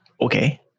Okay